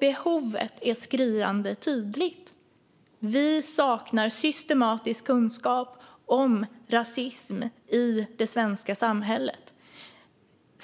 Behovet är skriande tydligt: Vi saknar systematisk kunskap om rasism i det svenska samhället.